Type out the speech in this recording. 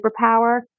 superpower